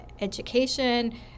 education